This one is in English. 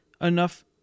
enough